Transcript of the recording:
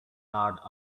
lot